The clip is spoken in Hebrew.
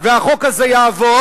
והחוק הזה יעבור,